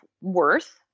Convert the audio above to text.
worth